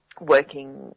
Working